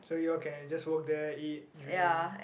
so you all can just work there eat drink